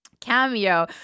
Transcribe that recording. cameo